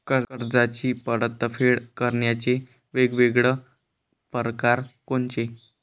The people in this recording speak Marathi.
कर्जाची परतफेड करण्याचे वेगवेगळ परकार कोनचे?